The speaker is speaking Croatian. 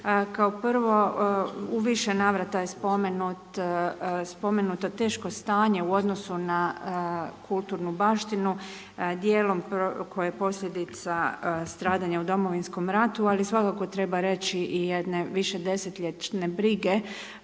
Kao prvo u više navrata je spomenuto teško stanje u odnosu na kulturnu baštinu, dijelom koja je posljedica stradanja u Domovinskom ratu ali svakako treba reći i jedne višedesetljetne brige,